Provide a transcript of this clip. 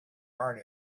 heart